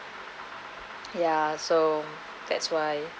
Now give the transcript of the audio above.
ya so that's why